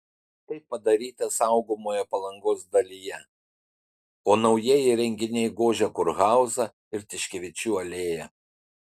tai padaryta saugomoje palangos dalyje o naujieji įrenginiai gožia kurhauzą ir tiškevičių alėją